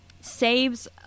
saves